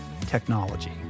technology